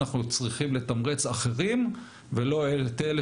אנחנו צריכים לתמרץ אחרים ולא את אלה